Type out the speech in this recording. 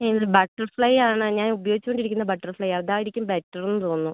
ഇതിൽ ബട്ടർഫ്ളൈ ആണ് ഞാൻ ഉപയോഗിച്ച് കൊണ്ടിരിക്കുന്ന ബട്ടർഫ്ളൈയാണ് അതായിരിക്കും ബെറ്ററെന്ന് തോന്നുന്നു